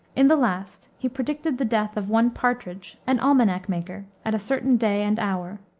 in the last he predicted the death of one partridge, an almanac maker, at a certain day and hour.